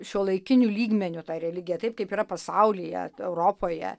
šiuolaikiniu lygmeniu tą religiją taip kaip yra pasaulyje europoje